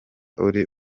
uri